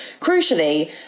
crucially